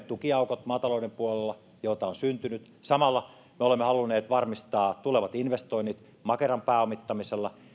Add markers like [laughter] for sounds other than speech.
[unintelligible] tukiaukot maatalouden puolella joita on syntynyt samalla me olemme halunneet varmistaa tulevat investoinnit makeran pääomittamisella